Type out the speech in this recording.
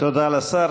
תודה לשר.